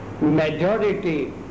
Majority